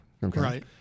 Right